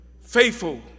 faithful